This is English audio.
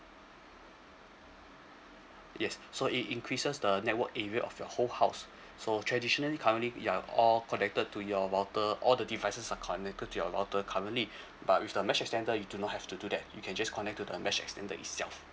yes so it increases the network area of your whole house so traditionally currently you're all connected to your router all the devices are connected to your router currently but with the mesh extender you do not have to do that you can just connect to the mesh extender itself